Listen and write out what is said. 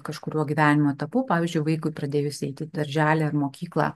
kažkuriuo gyvenimo etapu pavyzdžiui vaikui pradėjus eiti į darželį ar mokyklą